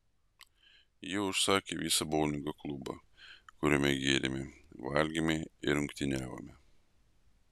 jie užsakė visą boulingo klubą kuriame gėrėme valgėme ir rungtyniavome